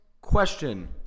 question